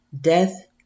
Death